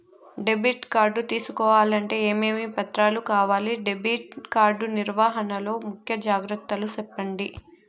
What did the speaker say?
Debit card తీసుకోవాలంటే ఏమేమి పత్రాలు కావాలి? డెబిట్ కార్డు నిర్వహణ లో ముఖ్య జాగ్రత్తలు సెప్పండి?